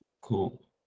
Cool